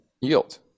yield